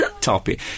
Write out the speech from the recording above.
topic